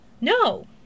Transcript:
No